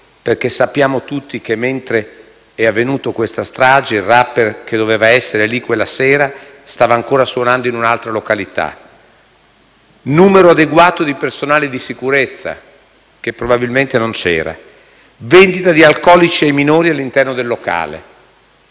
Sappiamo tutti infatti che mentre è avvenuta la strage, il *rapper* che doveva essere lì quella sera, stava ancora suonando in un'altra località. Numero adeguato di personale di sicurezza, che probabilmente non c'era; vendita di alcolici ai minori all'interno del locale.